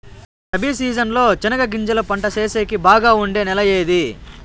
Rabi season లో చెనగగింజలు పంట సేసేకి బాగా ఉండే నెల ఏది?